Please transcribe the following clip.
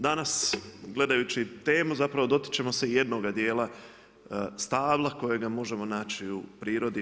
Danas gledajući temu zapravo dotičemo se jednoga dijela stabla kojega možemo naći u prirodi.